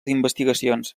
investigacions